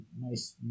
nice